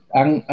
ang